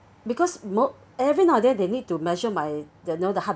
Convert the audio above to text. because mo~ every night there they need to measure my the you know the heart